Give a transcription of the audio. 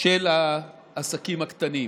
של העסקים הקטנים.